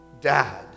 dad